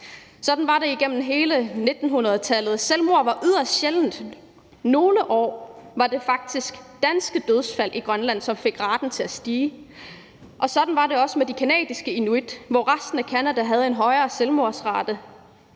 sådan var det op igennem hele 1900-tallet. Selvmord var yderst sjældent, og nogle år var det faktisk danske dødsfald i Grønland, som fik raten til at stige. Sådan var det også med de canadiske inuit: Resten af Canada havde en højere selvmordsrate.